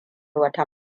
wata